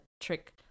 trick